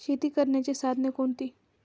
शेती करण्याची साधने कोणती?